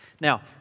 Now